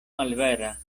malvera